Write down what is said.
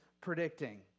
predicting